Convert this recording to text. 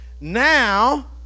Now